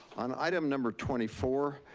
on item number twenty four,